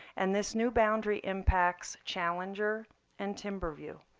and this new boundary impacts challenger and timber view.